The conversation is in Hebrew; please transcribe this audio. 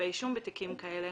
כתבי אישום בתיקים כאלה